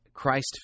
Christ